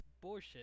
bullshit